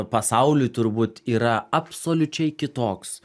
pasauliui turbūt yra absoliučiai kitoks